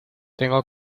tengo